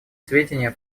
сведения